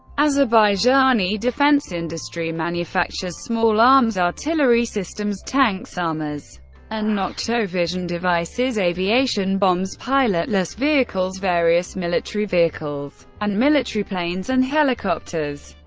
azerbaijani defense industry manufactures manufactures small arms, artillery systems, tanks, armors and noctovision devices, aviation bombs, pilotless vehicles, various military vehicles and military planes and helicopters.